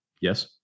Yes